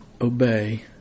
obey